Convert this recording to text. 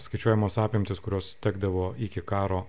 skaičiuojamos apimtys kurios tekdavo iki karo